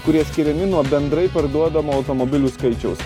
kurie atskiriami nuo bendrai parduodamo automobilių skaičiaus